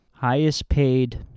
Highest-paid